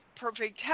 perfect